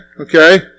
Okay